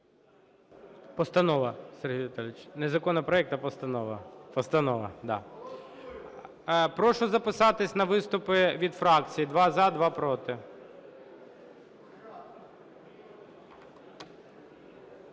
Постанова, Сергій Віталійович. Не законопроект, а постанова. Постанова, так. Прошу записатись на виступи від фракцій, два - за, два - проти.